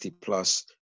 plus